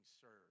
served